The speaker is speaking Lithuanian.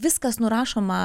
viskas nurašoma